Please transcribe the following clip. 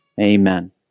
amen